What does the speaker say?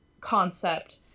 concept